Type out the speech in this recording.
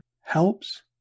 helps